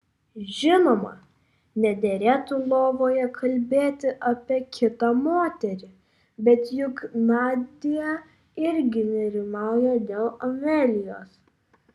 žinoma nederėtų lovoje kalbėti apie kitą moterį bet juk nadia irgi nerimauja dėl amelijos